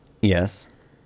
Yes